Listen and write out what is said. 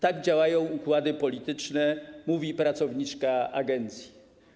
Tak działają układy polityczny - mówi pracowniczka agencji.